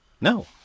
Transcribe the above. No